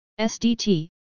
SDT